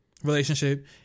relationship